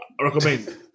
recommend